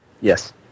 yes